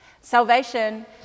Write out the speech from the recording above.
Salvation